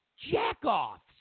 jack-offs